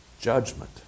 Judgment